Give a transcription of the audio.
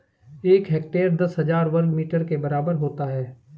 एक हेक्टेयर दस हजार वर्ग मीटर के बराबर होता है